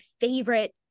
favorite